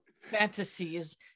fantasies